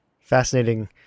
Fascinating